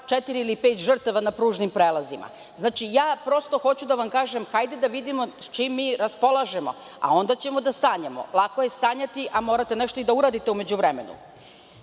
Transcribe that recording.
četiri ili pet žrtava na pružnim prelazima. Prosto, hoću da vam kažem, hajde da vidimo sa čim raspolažemo, a onda ćemo da sanjamo. Lako je sanjati, ali morate nešto i da uradite u međuvremenu. Još